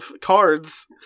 cards